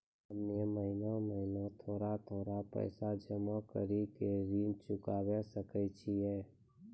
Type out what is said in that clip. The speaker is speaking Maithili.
हम्मे महीना महीना थोड़ा थोड़ा पैसा जमा कड़ी के ऋण चुकाबै सकय छियै?